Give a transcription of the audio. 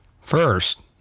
First